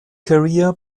career